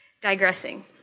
digressing